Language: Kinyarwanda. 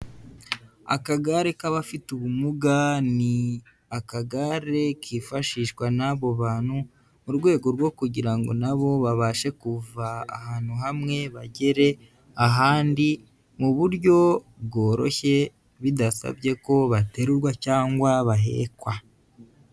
Akagare k'abafite ubumuga ni akagare kifashishwa n'abo bantu mu rwego rwo kugira ngo na bo babashe kuva ahantu hamwe bagere ahandi mu buryo bworoshye, bidasabye ko baterurwa cyangwa bahekwa.